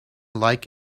like